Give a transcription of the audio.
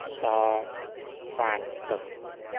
سو پانچ سو